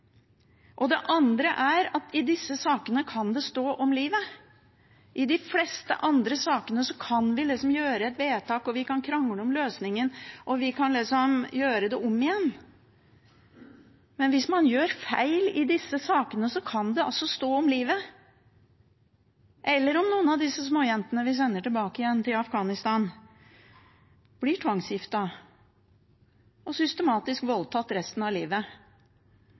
Det andre er at i disse sakene kan det stå om livet. I de fleste andre sakene kan vi gjøre et vedtak, vi kan krangle om løsningen, og vi kan gjøre det om igjen. Men hvis man gjør feil i disse sakene, kan det altså stå om livet. Eller hva om noen av disse småjentene vi sender tilbake igjen til Afghanistan, blir tvangsgiftet og systematisk voldtatt resten av livet,